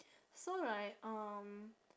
so like um